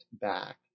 back